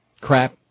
crap